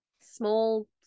small